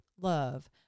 love